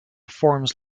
forms